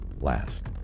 Last